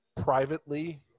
privately